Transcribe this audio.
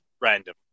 Random